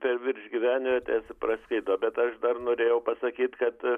per virš gyvenvietės praskrido bet aš dar norėjau pasakyt kad